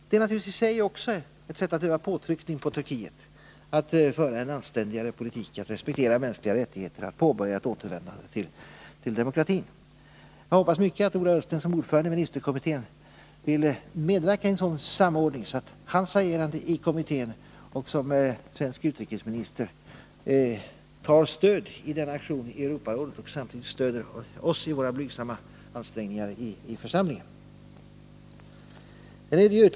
Det är naturligtvis i sig också ett sätt att öva påtryckning på Turkiet att föra en anständigare politik, att respektera de mänskliga rättigheterna, att påbörja ett återvändande till demokratin. Jag hoppas mycket att Ola Ullsten som ordförande i ministerkommittén vill medverka i en sådan samordning, så att han i kommittén och som svensk utrikesminister tar stöd i denna aktion i Europarådet och samtidigt stöder oss i våra blygsamma ansträngningar i församlingen.